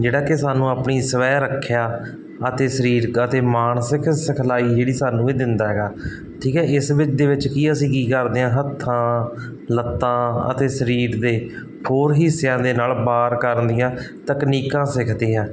ਜਿਹੜਾ ਕਿ ਸਾਨੂੰ ਆਪਣੀ ਸਵੈ ਰੱਖਿਆ ਅਤੇ ਸਰੀਰਕ ਅਤੇ ਮਾਨਸਿਕ ਸਿਖਲਾਈ ਜਿਹੜੀ ਸਾਨੂੰ ਵੀ ਦਿੰਦਾ ਹੈਗਾ ਠੀਕ ਹੈ ਇਸ ਵਿੱਚ ਦੇ ਵਿੱਚ ਕਿ ਅਸੀਂ ਕੀ ਕਰਦੇ ਹਾਂ ਹੱਥਾਂ ਲੱਤਾਂ ਅਤੇ ਸਰੀਰ ਦੇ ਹੋਰ ਹਿੱਸਿਆਂ ਦੇ ਨਾਲ ਵਾਰ ਕਰਨ ਦੀਆਂ ਤਕਨੀਕਾਂ ਸਿੱਖਦੇ ਹਾਂ